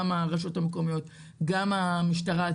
גם הרשויות המקומיות וגם המשטרה,